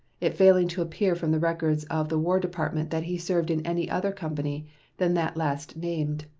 it failing to appear from the records of the war department that he served in any other company than that last named.